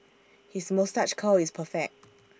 his moustache curl is perfect